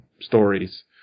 stories